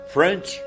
French